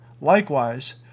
likewise